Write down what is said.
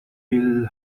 will